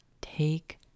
take